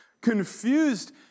confused